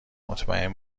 مطمئن